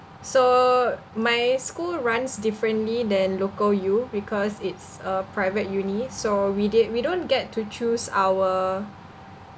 so my school runs differently than local U because it's a private uni so we did we don't get to choose our